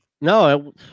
No